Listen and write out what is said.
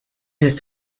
ist